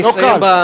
לא קל.